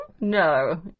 no